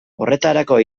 horretarako